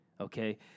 okay